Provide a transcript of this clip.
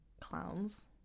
clowns